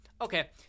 Okay